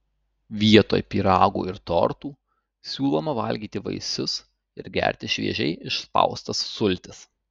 vietoj pyragų ir tortų siūloma valgyti vaisius ir gerti šviežiai išspaustas sultis